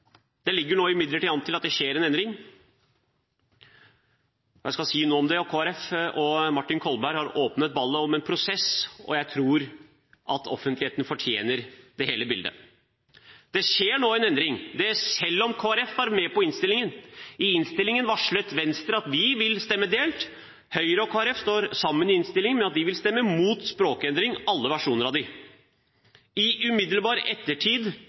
Det ligger imidlertid nå an til at det skjer en endring. Jeg skal si noe om det. Kristelig Folkeparti og Martin Kolberg har åpnet ballet om en prosess, og jeg tror at offentligheten fortjener det hele bildet. Det skjer nå en endring, dette selv om Kristelig Folkeparti var med på innstillingen. I innstilligen varslet Venstre at vi vil stemme delt. Høyre og Kristelig Folkeparti står sammen i innstillingen om at de vil stemme imot språkendring – alle versjonene av dem. I umiddelbar ettertid, etter